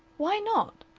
why not?